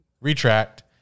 retract